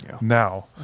now